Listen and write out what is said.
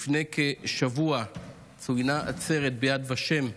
לפני כשבוע צוינה עצרת ביד ושם,